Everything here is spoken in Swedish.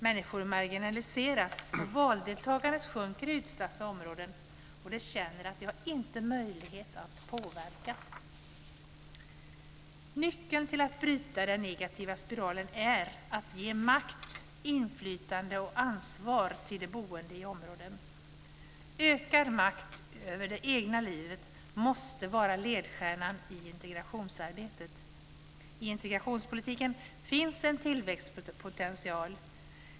Människor marginaliseras och valdeltagandet sjunker i utsatta områden, och de känner att de inte har möjlighet att påverka. Nyckeln till att bryta den negativa spiralen är att ge makt, inflytande och ansvar till de boende i områdena. Ökad makt över det egna livet måste vara ledstjärnan i integrationsarbetet. I integrationspolitiken finns en tillväxtpotential.